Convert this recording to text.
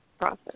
process